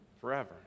forever